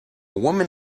woman